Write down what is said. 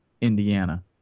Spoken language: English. Indiana